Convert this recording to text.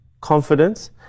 confidence